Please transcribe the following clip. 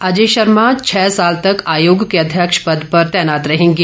अजय शर्मा छह साल तक आयोग के अध्यक्ष पद पर तैनात रहेंगे